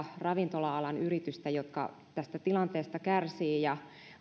ravintola alan yritystä jotka tästä tilanteesta kärsivät ja